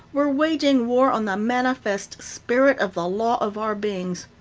were waging war on the manifest spirit of the law of our beings.